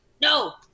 no